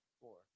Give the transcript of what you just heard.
Four